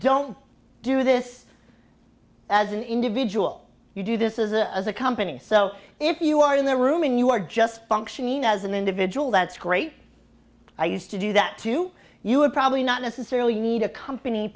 don't do this as an individual you do this is a company so if you are in the room and you are just functioning as an individual that's great i used to do that too you would probably not necessarily need a company